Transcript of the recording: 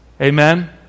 Amen